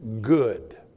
good